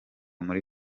muri